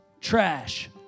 trash